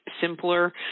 simpler